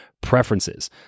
preferences